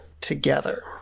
together